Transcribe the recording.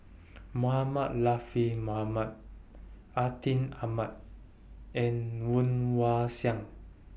Mohamed Mohamed Atin Amat and Woon Wah Siang